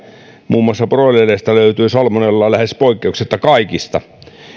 muun muassa broilereista löytyi salmonellaa lähes poikkeuksetta kaikista niin